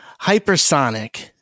Hypersonic